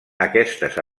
aquestes